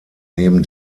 neben